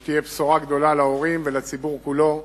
זו תהיה בשורה גדולה להורים ולציבור כולו,